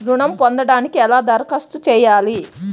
ఋణం పొందటానికి ఎలా దరఖాస్తు చేయాలి?